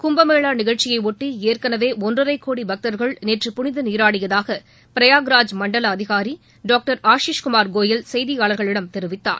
குப்பமேளா நிகழ்ச்சியையொட்டி ஏற்களவே ஒன்றனர்க்கோடி பக்தர்கள் நேற்று புனித நீராடியதாக பிராயாக்ராஜ் மண்டல அதிகாரி டாக்டர் ஆஷிஷ் குமார் கோயல் செய்தியாளர்களிடம் தெரிவித்துள்ளார்